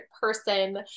person